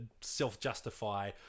self-justify